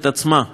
אני עוד זוכר,